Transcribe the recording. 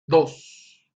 dos